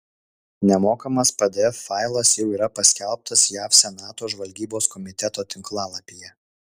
nemokamas pdf failas jau yra paskelbtas jav senato žvalgybos komiteto tinklalapyje